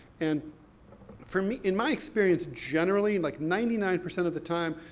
and for me, in my experience generally, in like ninety nine percent of the time,